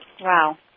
Wow